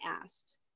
asked